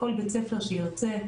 כל בית-ספר שיוצא,